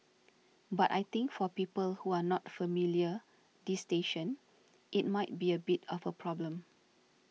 but I think for people who are not familiar this station it might be a bit of a problem